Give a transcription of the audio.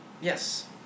Yes